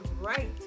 right